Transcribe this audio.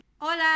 hola